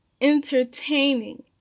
entertaining